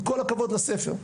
עם כל הכבוד לספר,